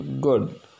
good